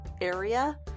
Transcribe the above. area